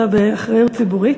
אלא באחריות ציבורית.